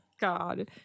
God